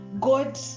god